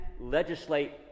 legislate